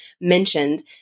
mentioned